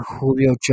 Julio